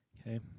Okay